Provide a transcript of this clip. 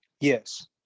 yes